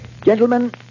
Gentlemen